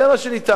זה מה שניתן.